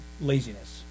laziness